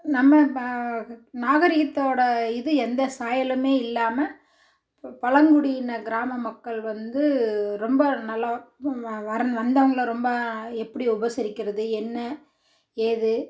நம்ம இப்போ நாகரிகத்தோடய இது எந்த சாயலுமே இல்லாமல் பழங்குடியின கிராம மக்கள் வந்து ரொம்ப நல்லாவும் வர வந்தவங்களை ரொம்ப எப்படி உபசரிக்கிறது என்ன ஏது